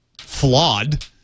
flawed